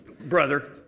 brother